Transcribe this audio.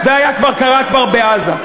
זה כבר קרה בעזה.